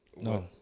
No